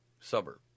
suburb